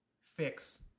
fix